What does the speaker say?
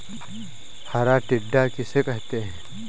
हरा टिड्डा किसे कहते हैं?